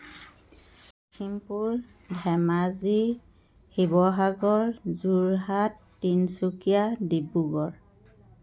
Lakhimpur Dhemaji Sivasagar Jorhat Tinsukia Dibrugarh